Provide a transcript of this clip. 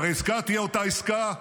והרי העסקה תהיה אותה עסקה,